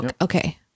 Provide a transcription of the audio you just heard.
Okay